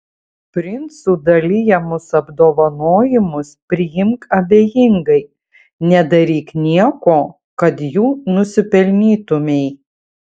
princų dalijamus apdovanojimus priimk abejingai nedaryk nieko kad jų nusipelnytumei